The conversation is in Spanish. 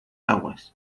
aguas